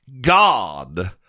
God